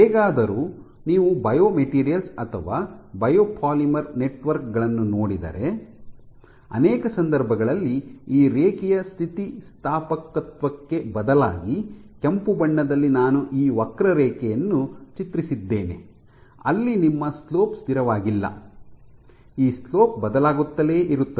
ಹೇಗಾದರೂ ನೀವು ಬಯೋಮೆಟೀರಿಯಲ್ಸ್ ಅಥವಾ ಬಯೋಪಾಲಿಮರ್ ನೆಟ್ವರ್ಕ್ ಗಳನ್ನು ನೋಡಿದರೆ ಅನೇಕ ಸಂದರ್ಭಗಳಲ್ಲಿ ಈ ರೇಖೀಯ ಸ್ಥಿತಿಸ್ಥಾಪಕತ್ವಕ್ಕೆ ಬದಲಾಗಿ ಕೆಂಪು ಬಣ್ಣದಲ್ಲಿ ನಾನು ಈ ವಕ್ರರೇಖೆ ಯನ್ನು ಚಿತ್ರಿಸಿದ್ದೇನೆ ಅಲ್ಲಿ ನಿಮ್ಮ ಸ್ಲೋಪ್ ಸ್ಥಿರವಾಗಿಲ್ಲ ಈ ಸ್ಲೋಪ್ ಬದಲಾಗುತ್ತಲೇ ಇರುತ್ತದೆ